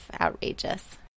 outrageous